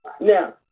Now